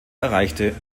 erreichte